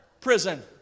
prison